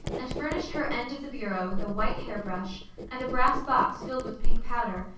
and furnished her end of the bureau with a white hair brush and a brass box filled with pink powder,